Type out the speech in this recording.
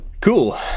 Cool